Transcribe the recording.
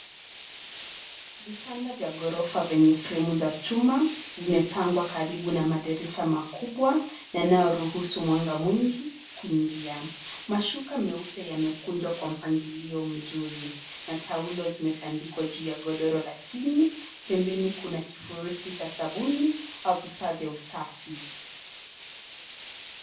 Vitanda vya ghorofa vyenye fremu za chuma vimepangwa kwenye madirisha makubwa yanayoruhusu mwanga mwingi kuingia, mashuka meupe yamekunjwa kwa mpangilio mzuri na taulo zimetandikwa juu ya dogoro la chini. Pembeni kuna kifurushi cha sabuni au vifaa vya usafi.